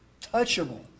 touchable